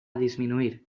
disminuir